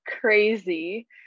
crazy